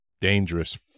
dangerous